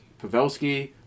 pavelski